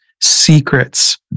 secrets